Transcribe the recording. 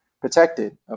protected